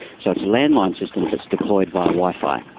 so it's a landline system that's deployed via wi-fi,